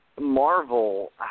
Marvel